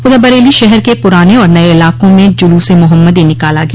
उधर बरेली शहर के पुराने और नये इलाकों में जुलूस ए मोहम्मदी निकाला गया